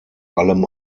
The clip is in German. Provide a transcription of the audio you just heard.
allem